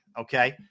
Okay